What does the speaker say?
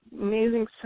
amazing